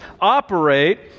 operate